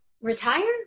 retired